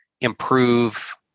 improve